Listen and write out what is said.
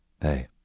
Hey